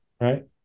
Right